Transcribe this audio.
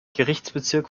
gerichtsbezirk